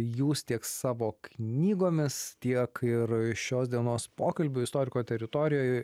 jūs tiek savo knygomis tiek ir šios dienos pokalbių istoriko teritorijoj